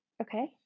Okay